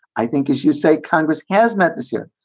i think, as you say, congress has met this year,